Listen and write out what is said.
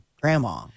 grandma